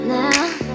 now